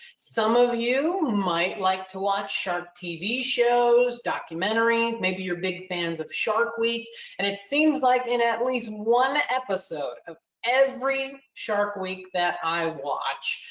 some of you might like to watch shark tv shows, documentaries, maybe you're big fans of shark week and it seems like in at least one episode of every shark week that i watch.